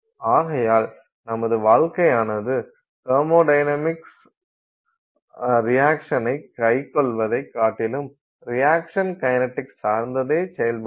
ஆகையால் நமது வாழ்க்கையானது தெர்மொடைனமிக்ஸ் ரியாக்சனைக் கைக்கொள்வதைக் காட்டிலும் ரியாக்சன் கைனடிக்ஸ் சார்ந்தே செயல்படுகிறது